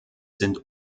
sind